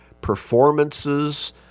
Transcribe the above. performances